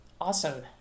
awesome